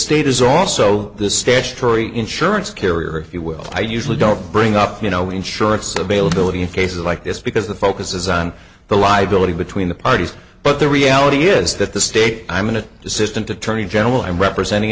state is also the statutory insurance carrier if you will i usually don't bring up you know insurance availability in cases like this because the focus is on the liability between the parties but the reality is that the state i'm going to the system to turn in general i'm representing